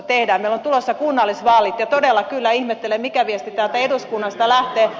meillä on tulossa kunnallisvaalit ja todella kyllä ihmettelen mikä viesti täältä eduskunnasta lähtee